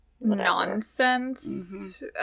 nonsense